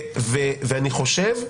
ואני חושב,